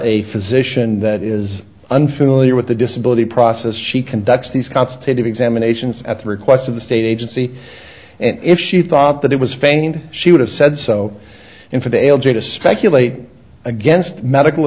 a physician that is unfamiliar with the disability process she conducts these constipated examinations at the request of the state agency and if she thought that it was feigned she would have said so in for the algae to speculate against medical